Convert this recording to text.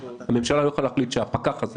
הממשלה לא יכולה להחליט שהפקח הזה